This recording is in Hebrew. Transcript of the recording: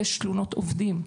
ויש תלונות עובדים,